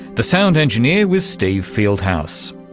the sound engineer was steve fieldhouse.